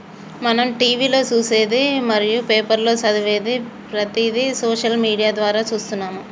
మనం టీవీలో చూసేది మరియు పేపర్లో చదివేది ప్రతిదీ సోషల్ మీడియా ద్వారా చూస్తున్నాము